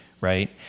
right